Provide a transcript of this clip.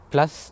Plus